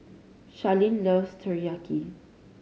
Sharlene loves Teriyaki